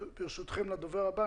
ברשותכם, נמשיך לדובר הבא.